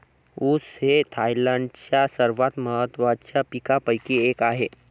ऊस हे थायलंडच्या सर्वात महत्त्वाच्या पिकांपैकी एक आहे